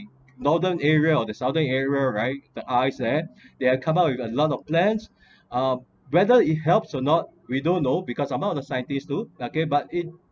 northern area or the southern area right the ice there they had come up with a lot of plans uh whether it helps or not we don't know because I’m not the scientists too okay but it